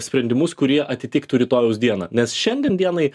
sprendimus kurie atitiktų rytojaus dieną nes šiandien dienai